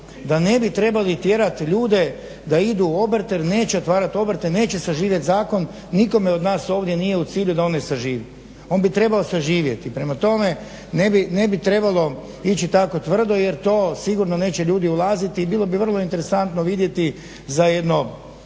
da ne bi trebali tjerati ljude da idu u obrte jer neće otvarati obrte. Neće saživjeti zakon. Nikome ovdje nije u cilju da ne saživi. On bi trebao saživjeti. Prema tome ne bi trebalo ići tako tvrdo jer to sigurno neće ljudi ulaziti i bilo bi vrlo interesantno vidjeti za jedno